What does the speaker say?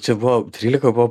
čia buvo trylika buvo